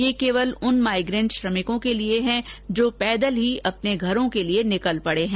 यह केवल उन माइग्रेंट श्रमिकों के लिए हैं जो पैदल ही अपने घरों के लिये निकल पड़े हैं